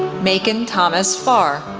macon thomas pharr,